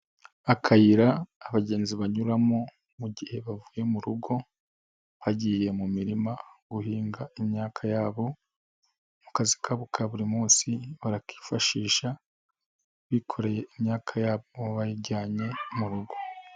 Akayira abagenzi banyuramo, mu gihe bavuye mu rugo, bagiye mu mirima, guhinga imyaka yabo, mu kazibo ka buri munsi barakifashisha, bikoreye imyaka yabo bayijyanye mu rugo.